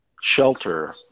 shelter